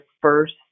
first